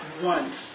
one